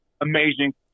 amazing